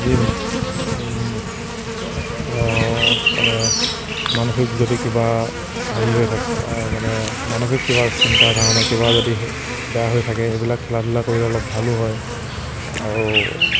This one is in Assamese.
যি মানে মানসিক যদি কিবা হেৰি হৈ থাকে মানে মানসিক কিবা চিন্তা ধাৰণা কিবা যদি বেয়া হৈ থাকে সেইবিলাক খেলা ধূলা কৰিলে অলপ ভালো হয় আৰু